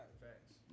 Facts